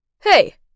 Hey